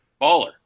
Baller